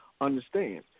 Understand